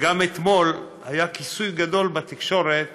וגם אתמול היה כיסוי גדול בתקשורת: